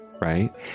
right